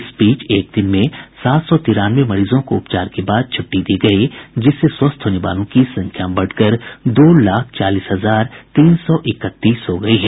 इस बीच एक दिन में सात सौ तिरानवे मरीजों को उपचार के बाद छुट्टी दी गयी जिससे स्वस्थ होने वालों की संख्या बढ़कर दो लाख चालीस हजार तीन सौ इकतीस हो गयी है